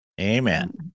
Amen